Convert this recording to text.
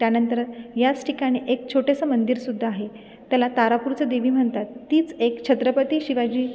त्यानंतर याच ठिकाणी एक छोटेसं मंदिरसुद्धा आहे त्याला तारापूरचं देवी म्हणतात तीच एक छत्रपती शिवाजी